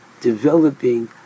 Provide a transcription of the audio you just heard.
developing